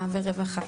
ורווחה.